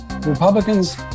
Republicans